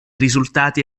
risultati